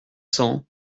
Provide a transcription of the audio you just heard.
cents